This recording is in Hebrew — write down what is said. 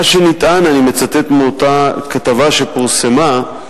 מה שנטען, ואני מצטט מאותה כתבה שפורסמה: